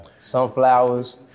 Sunflowers